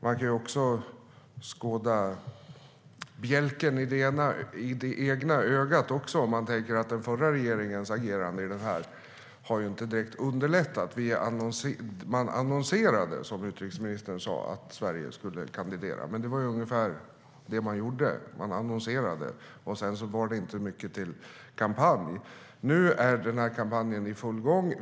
Man kan också skåda bjälken i det egna ögat om man tänker på att den förra regeringens agerande i fråga om detta inte direkt har underlättat. Man annonserade, som utrikesministern sa, att Sverige skulle kandidera. Det var ungefär det man gjorde. Man annonserade, och sedan var det inte mycket till kampanj. Nu är den här kampanjen i full gång.